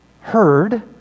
heard